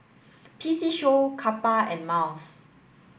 P C Show Kappa and Miles